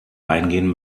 eingehen